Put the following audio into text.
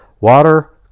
Water